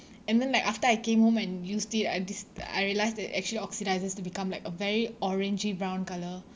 and then like after I came home and used it I dis~ I realised that it actually oxidises to become like a very orangey brown colour